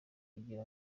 kugira